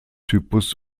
typus